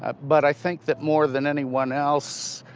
ah but i think that more than anyone else,